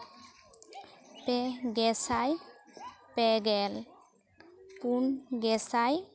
ᱯᱮ ᱜᱮᱥᱟᱭ ᱯᱮ ᱜᱮᱞ ᱯᱩᱱ ᱜᱮᱥᱟᱭ